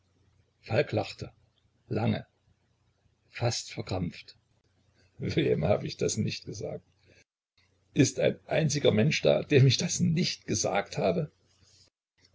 falk lachte lange fast verkrampft wem hab ich das nicht gesagt ist ein einziger mensch da dem ich das nicht gesagt habe